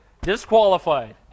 disqualified